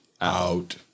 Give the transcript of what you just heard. out